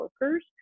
workers